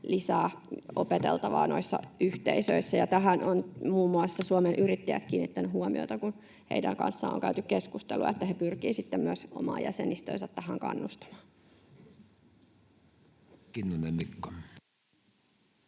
lisää opeteltavaa. Ja tähän on muun muassa Suomen Yrittäjät kiinnittänyt huomiota, kun heidän kanssaan on käyty keskustelua, niin että he pyrkivät sitten myös omaa jäsenistöänsä tähän kannustamaan. [Speech